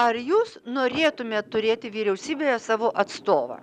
ar jūs norėtumėt turėti vyriausybėje savo atstovą